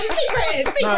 secrets